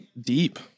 deep